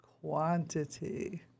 quantity